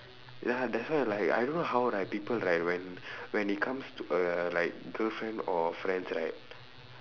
ya that's why like I don't know how like people right when it comes to uh like girlfriend or friends right